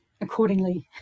accordingly